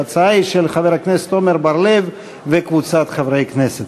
ההצעה היא של חבר הכנסת עמר בר-לב וקבוצת חברי הכנסת.